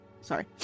Sorry